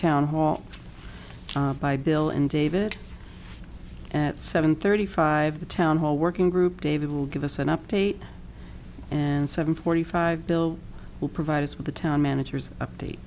town hall by bill and david at seven thirty five the town hall working group david will give us an update and seven forty five bill will provide us with a town manager's update